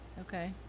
okay